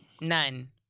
None